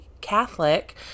Catholic